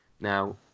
Now